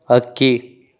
ಅಕ್ಕಿ